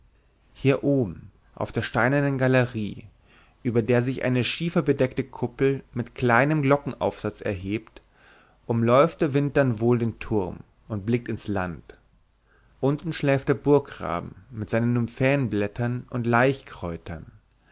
hier oben auf der steinernen galerie über der sich eine schieferbedeckte kuppel mit kleinem glockenaufsatz erhebt umläuft der wind dann wohl den turm und blickt ins land unten schläft der burggraben mit seinen nymphäenblättern und